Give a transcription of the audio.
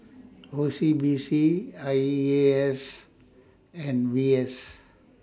O C B C I E A S and V S